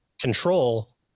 control